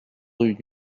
rue